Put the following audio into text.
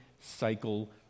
cycle